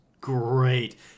great